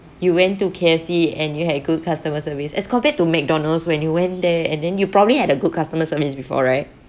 you went to K_F_C and you had good customer service as compared to mcdonald's when you went there and then you probably had a good customer service before right